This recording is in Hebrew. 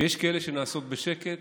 ויש כאלה שנעשות בשקט.